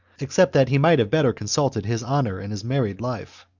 except that he might have better consulted his honour in his married life.